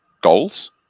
goals